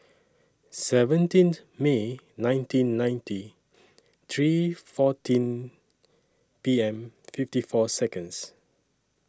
seventeen May nineteen ninety three fourteen P M fifty four Seconds